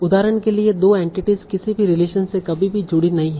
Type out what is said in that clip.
उदाहरण के लिए ये 2 एंटिटीस किसी भी रिलेशन से कभी भी जुड़ी नहीं हैं